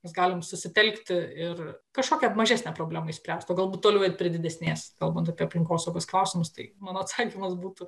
mes galim susitelkti ir kažkokią mažesnę problemą išspręst o galbūt toliau eit prie didesnės kalbant apie aplinkosaugos klausimus tai mano atsakymas būtų